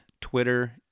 Twitter